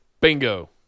Bingo